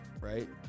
right